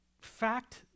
fact